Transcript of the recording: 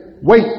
wait